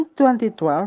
2012